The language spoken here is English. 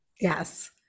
Yes